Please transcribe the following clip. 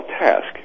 task